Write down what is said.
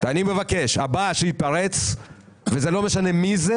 אני מבקש: הבא שיתפרץ, וזה לא משנה מי זה